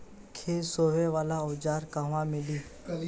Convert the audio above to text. खेत सोहे वाला औज़ार कहवा मिली?